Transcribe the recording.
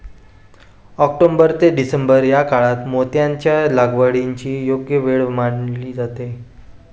October ते December या काळात मोत्यांच्या लागवडीची योग्य वेळ मानली जाते